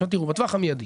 עכשיו תראו, בטווח המיידי.